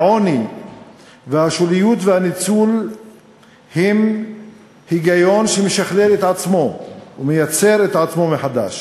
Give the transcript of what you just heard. העוני והשוליוּת והניצול הם היגיון שמשכלל את עצמו ומייצר את עצמו מחדש